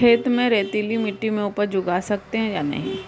खेत में रेतीली मिटी में उपज उगा सकते हैं या नहीं?